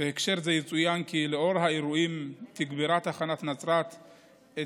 בהקשר זה יצוין כי לנוכח האירועים תגברה תחנת נצרת את